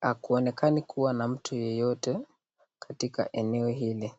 hakuonekani kuwa na mtu yeyote katika eneo hili.